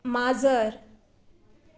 माजर